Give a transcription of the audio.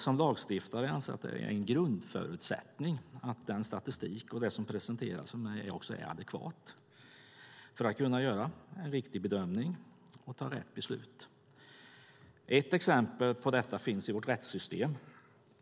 Som lagstiftare anser jag att det är en grundförutsättning att den statistik och det som presenteras för mig också är adekvat för att kunna göra en riktig bedömning och fatta rätt beslut. Ett exempel på detta finns i vårt rättssystem.